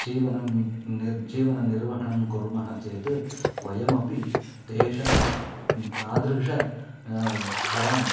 जीवनं निर् जीवननिर्वहणं कुर्मः चेत् वयमपि तेषां तादृशं स्तरं